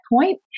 point